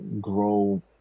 grow